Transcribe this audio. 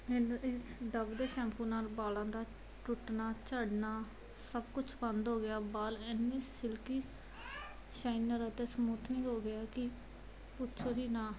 ਇੰਝ ਇਸ ਡੱਵ ਦੇ ਸ਼ੈਂਪੂ ਨਾਲ ਵਾਲਾਂ ਦਾ ਟੁੱਟਣਾ ਝੜਨਾ ਸਭ ਕੁਛ ਬੰਦ ਹੋ ਗਿਆ ਵਾਲ ਇੰਨੇ ਸਿਲਕੀ ਸ਼ਾਈਨਰ ਅਤੇ ਸਮੂਥਨਿੰਗ ਹੋ ਗਏ ਆ ਕਿ ਪੁੱਛੋ ਹੀ ਨਾ